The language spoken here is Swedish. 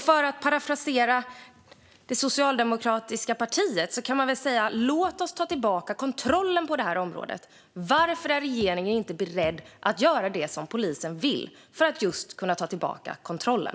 För att parafrasera det socialdemokratiska partiet kan man väl säga: Låt oss ta tillbaka kontrollen på det här området! Varför är regeringen inte beredd att göra det som polisen vill för att kunna ta tillbaka kontrollen?